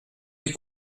les